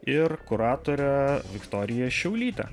ir kuratore viktorija šiaulyte